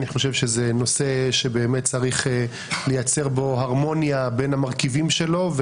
אני חושב שזה נושא שבאמת צריך לייצר בו הרמוניה בין המרכיבים שלו,